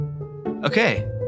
Okay